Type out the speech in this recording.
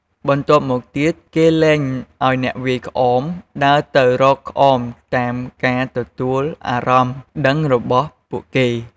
បន្ទាប់មកទៀតគេលែងឱ្យអ្នកវាយក្អមដើរទៅរកក្អមតាមការទទួលអារម្មណ៍ដឹងរបស់ពួកគេ។